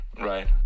right